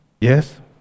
Yes